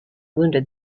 wounded